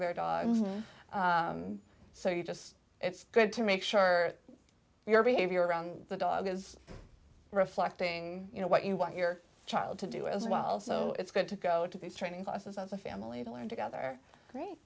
very dog so you just it's good to make sure your behavior around the dog is reflecting you know what you want your child to do as well so it's good to go to these training classes as a family to learn together